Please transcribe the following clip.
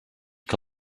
que